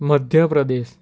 Madhya Pradesh